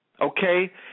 Okay